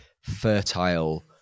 fertile